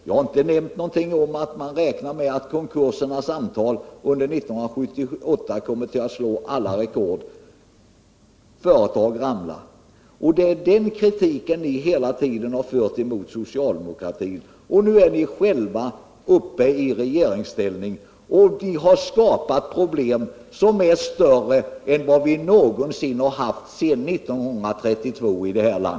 Jag har inte nämnt någonting om att man räknar med att konkursernas antal under 1978 kommer att slå alla rekord. Företag ramlar. Att företag går i konkurs är något som ni tidigare har kritiserat socialdemokratin för, men nu är ni själva i regeringsställning, och ni har skapat problem som är större än de någonsin varit sedan 1932.